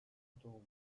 otto